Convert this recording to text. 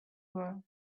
were